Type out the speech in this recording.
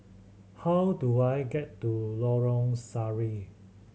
how do I get to Lorong Sari